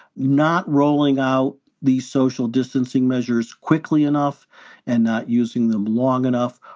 not rolling out these social distancing measures quickly enough and not using them long enough.